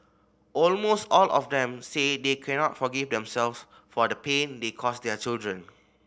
almost all of them say they cannot forgive themselves for the pain they cause their children